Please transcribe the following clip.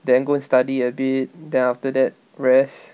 then go study a bit then after that rest